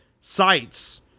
sites